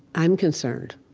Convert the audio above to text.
i'm concerned.